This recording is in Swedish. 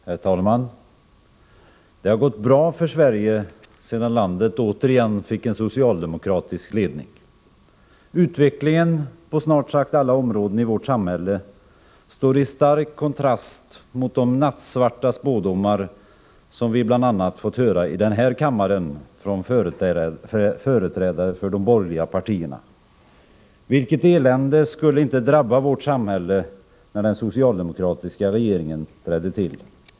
Herr talman! Det har gått bra för Sverige sedan landet återigen fick en socialdemokratisk ledning. Utvecklingen på snart sagt alla områden i vårt samhälle står i stark kontrast mot de nattsvarta spådomar som vi fått höra, bl.a. här i kammaren från företrädare för de borgerliga partierna — vilket elände skulle inte drabba vårt samhälle när den socialdemokratiska regeringen trädde till!